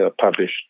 published